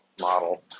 model